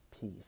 peace